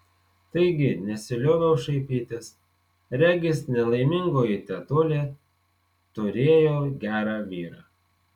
taigi nesilioviau šaipytis regis nelaimingoji tetulė turėjo gerą vyrą